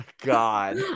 god